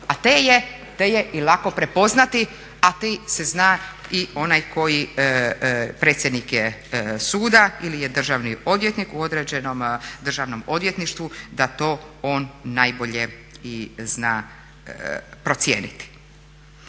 a te je lako prepoznati, a to se zna i onaj koji predsjednik je suda ili je državni odvjetnik u određenom državnom odvjetništvu da to on najbolje i zna procijeniti.